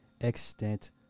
extent